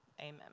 amen